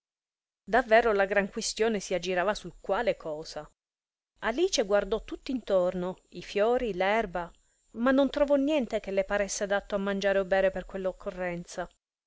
davvero la gran quistione si aggirava su quale cosa alice guardò tutt'intorno i fiori l'erba ma non trovò niente che le paresse adatto a mangiare o bere per